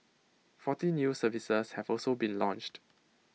forty new services have also been launched